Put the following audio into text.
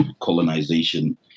colonization